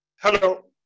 Hello